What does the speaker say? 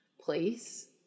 place